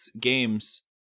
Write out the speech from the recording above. games